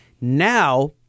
Now